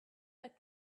act